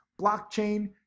blockchain